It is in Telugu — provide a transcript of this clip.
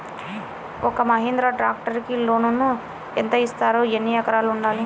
ఒక్క మహీంద్రా ట్రాక్టర్కి లోనును యెంత ఇస్తారు? ఎన్ని ఎకరాలు ఉండాలి?